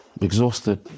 exhausted